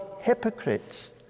hypocrites